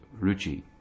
ruchi